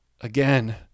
again